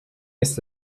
ist